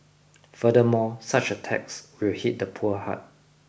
furthermore such a tax will hit the poor hard